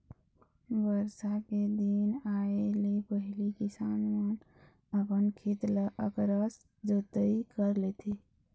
बरसा के दिन आए ले पहिली किसान मन अपन खेत ल अकरस जोतई कर लेथे